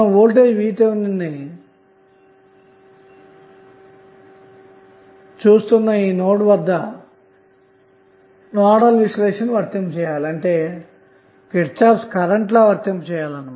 మీరు voltage VTh ను చూస్తున్న ఈ నోడ్ వద్ద నోడల్ విశ్లేషణను వర్తింపచేయాలి అంటే కిర్చోఫ్ కరెంటు లా ను ఉపయోగించాలి